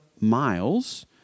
Miles